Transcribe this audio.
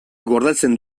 gordetzen